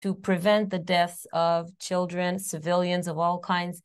‫למנוע מיתות של ילדים, ‫אזרחים מכל הסוגים.